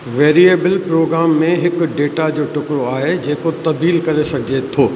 variable program में हिकु data जो टुकिड़ो आहे जेको तबील करे सघिजे थो